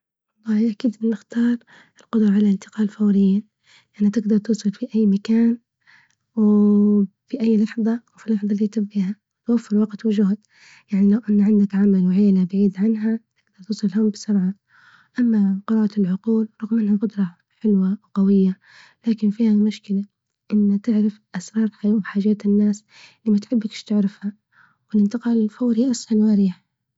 والله أكيد نختار القدرة على إنتقال فوريا، يعني تقدر توصل في أي مكان، في أي لحظة وفي اللحظة اللي تبغيها، توفر وقت وجهد يعني لو إن عندك عمل وعيلة بعيد عنها تقدر توصلهم بسرعة، أما قراءة العقول رغم إنها قدرة حلوة وقوية، لكن فيها مشكلة إنه تعرف اأسرار وحاجات الناس اللي ماتحبش تعرفها، والإنتقال الفوري أسهل وأريح.